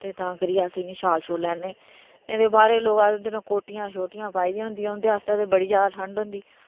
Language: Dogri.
ते तां करियै असेंगी शाल बगैरा लैने नेईं ते बाहरे दे लोग अजकल उनें ते कोटियां पाई दिआं होंदियां उंदे आस्तै बड़ी ज्यादा ठंड होंदी